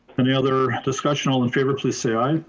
any other discussion? all in favor, please say aye.